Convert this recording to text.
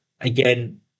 again